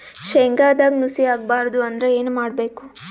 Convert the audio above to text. ಶೇಂಗದಾಗ ನುಸಿ ಆಗಬಾರದು ಅಂದ್ರ ಏನು ಮಾಡಬೇಕು?